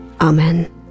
Amen